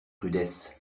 rudesse